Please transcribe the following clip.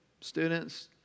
Students